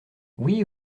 oui